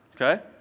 Okay